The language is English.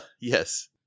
Yes